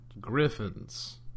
griffins